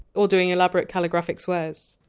or doing elaborate calligraphic swears.